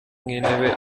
nk’intebe